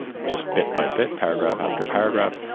just bit by bit, paragraph after paragraph,